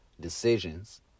decisions